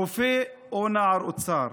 רופא או נער אוצר?